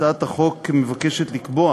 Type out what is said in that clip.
הצעת החוק מבקשת לקבוע